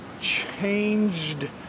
changed